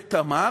שדה "תמר",